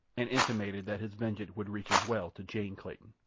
and intimated that his vengeance would reach as well to jane clayton.